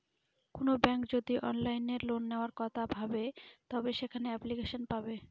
কোনো ব্যাঙ্ক যদি অনলাইনে লোন নেওয়ার কথা ভাবে তবে সেখানে এপ্লিকেশন পাবে